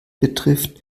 betrifft